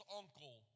uncle